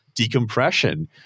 decompression